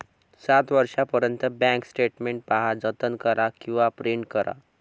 सात वर्षांपर्यंत bank statement पहा, जतन करा किंवा प्रिंट करा